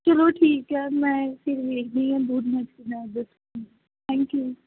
ਚਲੋ ਠੀਕ ਆ ਮੈਂ ਫਿਰ ਵੇਖਦੀ ਹਾਂ ਥੈਂਕ ਯੂ